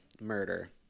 murder